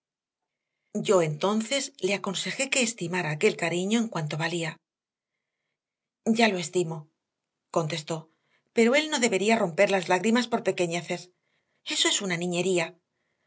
yo entonces le aconsejé que estimara aquel cariño en cuanto valía ya lo estimo contestó pero él no debería romper en lágrimas por pequeñeces eso es una niñería